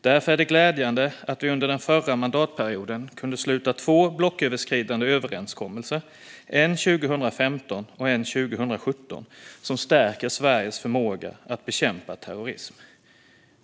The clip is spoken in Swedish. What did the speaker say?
Därför är det glädjande att vi under den förra mandatperioden kunde sluta två blocköverskridande överenskommelser, en 2015 och en 2017, som stärker Sveriges förmåga att bekämpa terrorism.